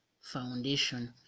foundation